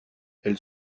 elle